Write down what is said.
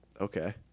okay